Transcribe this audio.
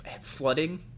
flooding